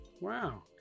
wow